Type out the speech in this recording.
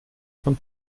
von